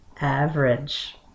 average